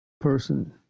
person